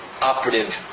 operative